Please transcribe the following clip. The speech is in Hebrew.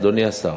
אדוני השר,